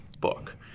book